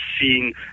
seeing